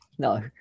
No